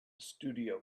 studio